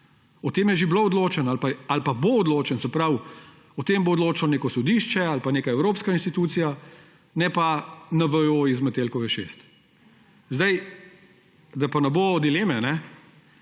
O tem je že bilo odločeno ali pa bo odločeno. Se pravi, o tem bo odločalo neko sodišče ali pa neka evropska institucija, ne pa NVO z Metelkove 6. Da pa ne bo dileme,